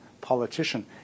politician